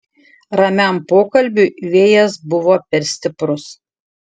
ramiam pokalbiui vėjas buvo per stiprus